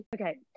Okay